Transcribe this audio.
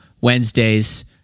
Wednesdays